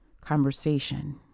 conversation